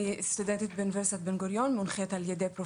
אני דוקטורנטית באוניברסיטת בן גורית,